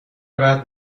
بعد